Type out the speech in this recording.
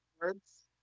words